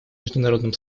международным